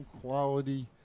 quality